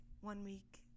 one-week